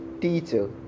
teacher